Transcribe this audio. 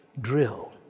drill